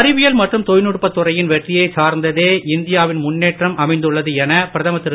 அறிவியல் மற்றும் தொழில்நுட்பத் துறையின் வெற்றியைச் சார்ந்தே இந்தியா வின் முன்னேற்றம் அமைந்துள்ளது என பிரதமர் திரு